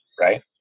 Right